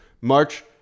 March